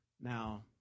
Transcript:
Now